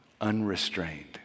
unrestrained